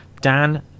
Dan